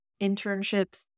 internships